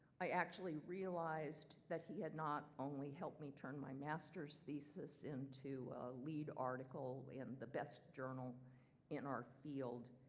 i actually realized that he had not only helped me turn my master's thesis into a lead article in the best journal in our field,